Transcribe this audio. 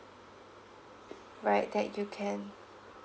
right that you can